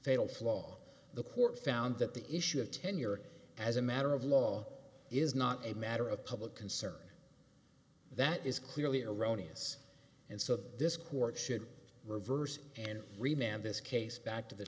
fatal flaw the court found that the issue of tenure as a matter of law is not a matter of public concern that is clearly erroneous and so this court should reverse and remember this case back to the